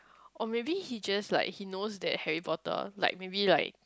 or maybe he just like he knows that Harry-Potter like maybe like